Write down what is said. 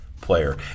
player